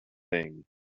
thing